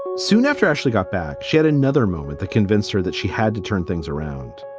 soon after ashley got back, she had another moment that convinced her that she had to turn things around.